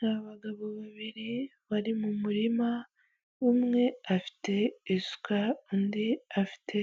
Ni abagabo babiri bari mu murima umwe afite isuka undi afite